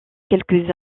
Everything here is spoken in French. quelques